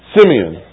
Simeon